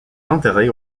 enterré